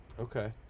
Okay